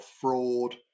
fraud